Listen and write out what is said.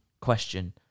question